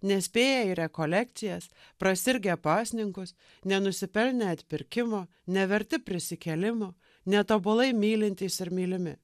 nespėję į rekolekcijas prasirgę pasninkus nenusipelnę atpirkimo neverti prisikėlimo netobulai mylintys ir mylimi